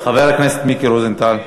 חבר הכנסת מיקי רוזנטל.